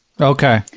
Okay